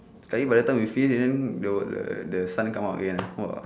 sekali by the time we finish then the the the sun come out again !wah!